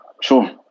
Sure